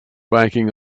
biking